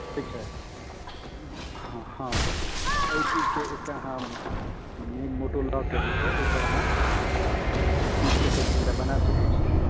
ठीक छै हँ हँ तऽ एहि चीजके एकटा अहाँ मेन मोटो लऽ कऽ जे छै एहिपर अहाँ लिख सकैत छी एकरा बना सकैत छी